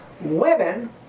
women